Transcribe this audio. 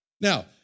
Now